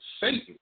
Satan